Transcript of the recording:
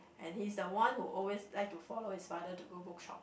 and he's the one who always like to follow his father to go bookshop